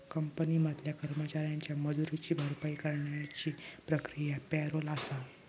company मधल्या कर्मचाऱ्यांच्या मजुरीची भरपाई करण्याची प्रक्रिया पॅरोल आसा